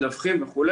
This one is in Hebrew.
אנשים מדווחים וכו',